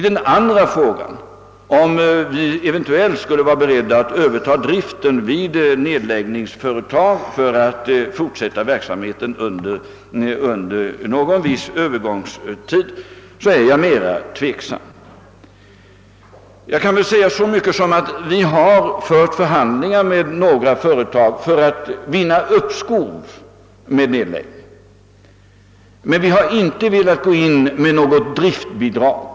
Beträffande frågan om staten skulle vara beredd att överta driften vid nedläggningsföretag för att fortsätta verksamheten under en viss övergångstid är jag mera tveksam. Jag kan säga så mycket som att vi har fört förhandlingar med några företag i syfte att vinna uppskov med nedläggningen, men vi har inte velat något statligt driftbidrag.